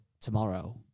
tomorrow